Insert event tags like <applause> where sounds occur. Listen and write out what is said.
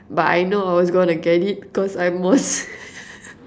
but I know I was gonna get it because I'm more s~ <laughs>